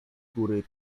góry